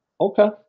okay